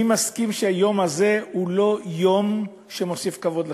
אני מסכים שהיום הזה הוא לא יום שמוסיף כבוד לכנסת.